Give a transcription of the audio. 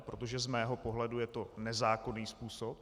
Protože z mého pohledu je to nezákonný způsob.